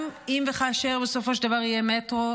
גם אם וכאשר בסופו של דבר יהיה מטרו,